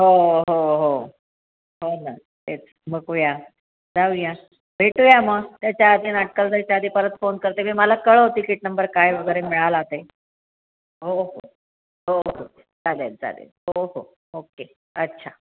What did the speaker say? हो हो हो होना तेच बघूया जाऊया भेटूया मग त्याच्या आधी नाटकाला जायच्या आधी परत फोन करते मी मला कळव तिकीट नंबर काय वगैरे मिळाला ते हो हो हो हो चालेल चालेल हो हो ओके अच्छा